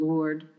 Lord